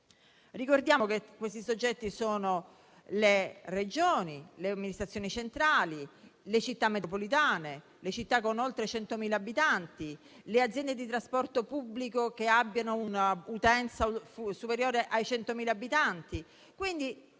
Ricordiamo che questi soggetti sono le Regioni, le Amministrazioni centrali, le Città metropolitane, le città con oltre 100.000 abitanti, le aziende di trasporto pubblico che abbiano una utenza superiore ai 100.000 abitanti,